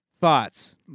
thoughts